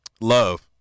Love